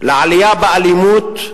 לעלייה באלימות,